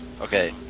Okay